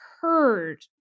heard